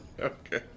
Okay